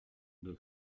deux